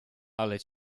ale